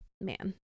Man